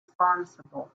responsible